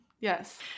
Yes